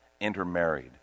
intermarried